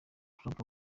trump